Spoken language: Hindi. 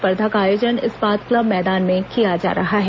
स्पर्धा का आयोजन इस्पात क्लब मैदान में किया जा रहा है